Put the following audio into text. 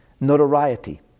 notoriety